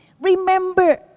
Remember